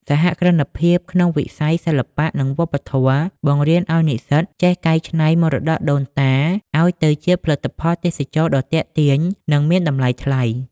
សហគ្រិនភាពក្នុងវិស័យ "សិល្បៈ និងវប្បធម៌" បង្រៀនឱ្យនិស្សិតចេះកែច្នៃមរតកដូនតាឱ្យទៅជាផលិតផលទេសចរណ៍ដ៏ទាក់ទាញ និងមានតម្លៃថ្លៃ។